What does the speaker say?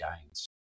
gains